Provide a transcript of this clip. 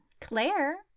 Claire